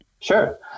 sure